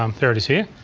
um there it is here.